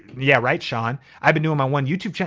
yeah, right sean. i've been doing my one youtube channel.